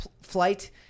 flight